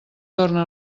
torna